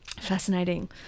Fascinating